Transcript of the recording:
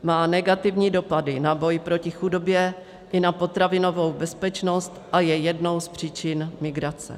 Má negativní dopady na boj proti chudobě i na potravinovou bezpečnost a je jednou z příčin migrace.